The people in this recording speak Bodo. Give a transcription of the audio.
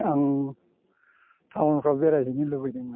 आं टाउनफ्राव बेरायहैनो लुबैदोंमोन